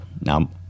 now